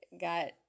got